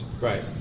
Right